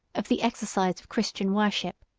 of the exercise of christian worship.